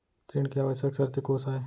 ऋण के आवश्यक शर्तें कोस आय?